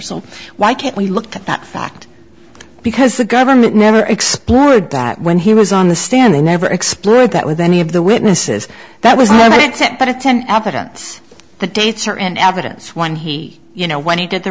so why can't we looked at that fact because the government never explored that when he was on the stand they never explored that with any of the witnesses that was no set but a ten evidence the dates are in evidence when he you know when he did the